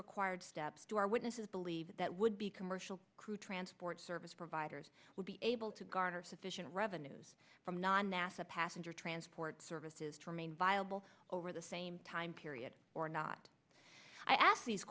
required steps to our witnesses believe that would be commercial crew transport service providers would be able to garner sufficient revenues from non nasa passenger transport services to remain viable over the same time period or not i ask these